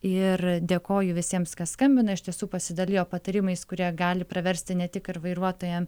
ir dėkoju visiems kas skambina iš tiesų pasidalijo patarimais kurie gali praversti ne tik vairuotojam